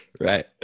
Right